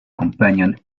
companion